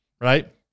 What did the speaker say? Right